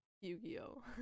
Yu-Gi-Oh